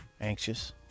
anxious